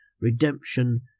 redemption